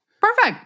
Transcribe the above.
Perfect